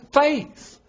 faith